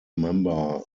member